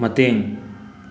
ꯃꯇꯦꯡ